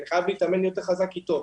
אני חייב להתאמן יותר חזק איתו,